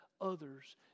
others